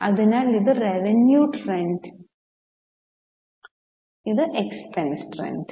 അതിനാൽ ഇത് revenue trend ഇത് എക്സ്പെൻസ് ട്രെൻഡ്